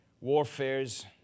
warfares